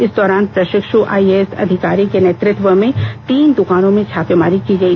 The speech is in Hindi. इस दौरान प्रशिक्षु आईएएस अधिकारी के नेतृत्व में तीन दुकानों में छापेमारी की गई